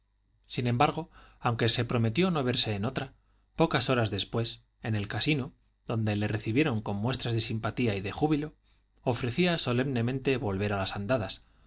sin embargo aunque se prometió no verse en otra pocas horas después en el casino donde le recibieron con muestras de simpatía y de júbilo ofrecía solemnemente volver a las andadas